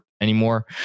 anymore